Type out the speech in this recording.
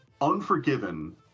Unforgiven